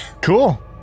Cool